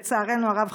לצערנו הרב,